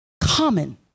Common